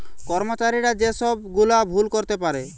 কর্মচারীরা যে সব গুলা ভুল করতে পারে